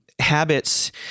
Habits